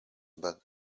bug